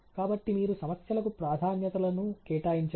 కాబట్టి మీరు సమస్యలకు ప్రాధాన్యతలను కేటాయించండి